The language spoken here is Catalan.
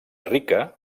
rica